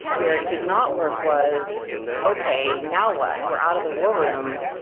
where it did not work was okay, now what? we're out of the war room,